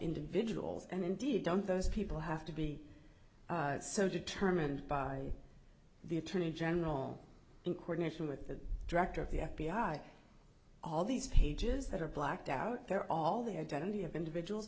individuals and indeed don't those people have to be so determined by the attorney general in court mission with the director of the f b i all these pages that are blacked out there all the identity of individuals